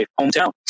hometown